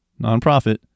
nonprofit